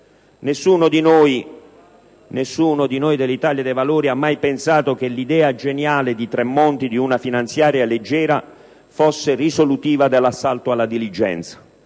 Nessuno di noi dell'Italia dei Valori ha mai pensato che l'idea geniale di Tremonti di una finanziaria leggera fosse risolutiva dell'assalto alla diligenza.